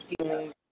feelings